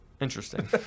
interesting